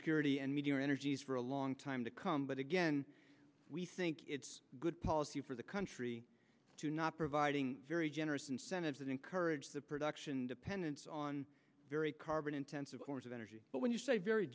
security and media energies for a long time to come but again we think it's good policy for the country to not providing very generous incentives that encourage the production dependence on carbon intensive course of energy but when you say very